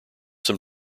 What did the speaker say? some